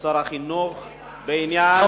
כשר החינוך בעניין,